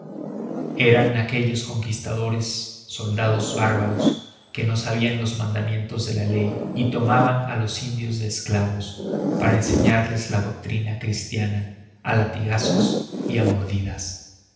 eran aquellos conquistadores soldados bárbaros que no sabían los mandamientos de la ley y tomaban a los indios de esclavos para enseñarles la doctrina cristiana a latigazos y a